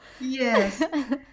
Yes